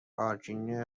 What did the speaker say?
پارکینگ